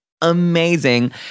amazing